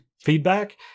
Feedback